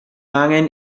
angen